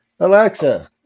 Alexa